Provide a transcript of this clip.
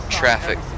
traffic